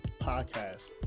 Podcast